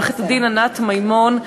עורכת-הדין ענת מימון,